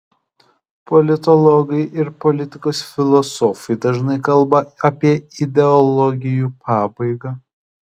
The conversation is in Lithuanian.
politologai ir politikos filosofai dažnai kalba apie ideologijų pabaigą